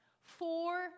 four